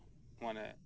ᱢᱟᱱᱮ